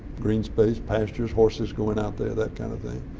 green space, pastures, horses growing out there, that kind of thing.